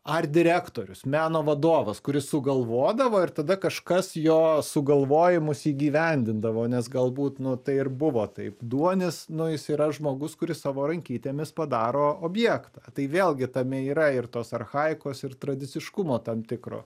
ar direktorius meno vadovas kuris sugalvodavo ir tada kažkas jo sugalvojimus įgyvendindavo nes galbūt nu tai ir buvo taip duonis nu jis yra žmogus kuris savo rankytėmis padaro objektą tai vėlgi tame yra ir tos archaikos ir tradiciškumo tam tikro